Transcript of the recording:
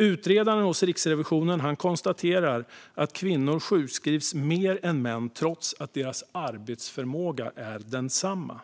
Utredaren hos Riksrevisionen konstaterar att kvinnor sjukskrivs mer än män trots att deras arbetsförmåga är densamma,